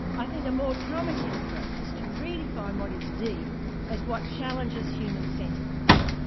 i think a more promising approach is to redefine what is deep as what challenges human centredness,